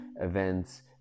events